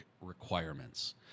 requirements